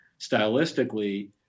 stylistically